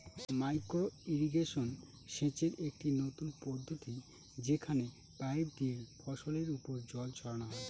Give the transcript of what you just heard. micro irrigation সেচের একটি নতুন পদ্ধতি যেখানে পাইপ দিয়ে ফসলের ওপর জল ছড়ানো হয়